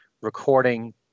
recording